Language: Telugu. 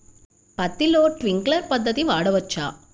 పత్తిలో ట్వింక్లర్ పద్ధతి వాడవచ్చా?